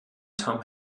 tom